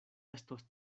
estos